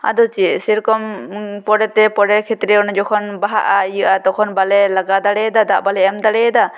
ᱟᱫᱚ ᱪᱮᱫ ᱥᱮᱨᱚᱠᱚᱢ ᱯᱚᱨᱮ ᱛᱮ ᱯᱚᱨᱮᱨ ᱠᱷᱮᱛᱨᱮ ᱚᱱᱮ ᱡᱚᱠᱷᱚᱱ ᱵᱟᱦᱟᱜᱼᱟ ᱤᱭᱟᱹᱜᱼᱟ ᱛᱚᱠᱷᱚᱱ ᱵᱟᱞᱮ ᱞᱟᱜᱟᱣ ᱫᱟᱲᱮ ᱟᱫᱟ ᱫᱟᱜ ᱵᱟᱞᱮ ᱮᱢ ᱫᱟᱲᱮ ᱟᱫᱟ